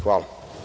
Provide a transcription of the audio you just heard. Hvala.